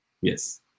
yes